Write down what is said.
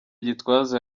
gitwaza